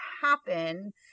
happen